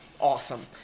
awesome